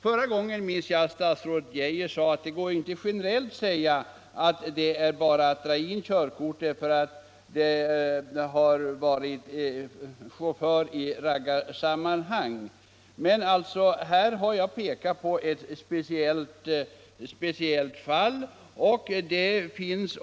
Förra gången framhöll statsrådet Geijer att man inte generellt kan säga att körkortet skall dras in därför att innehavaren medverkat som förare i raggargäng. Jag har dock här pekat på ett speciellt fall, där det blja.